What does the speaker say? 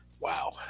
wow